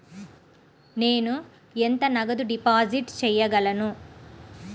నేను ఎంత నగదు డిపాజిట్ చేయగలను?